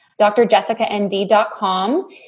DrJessicaND.com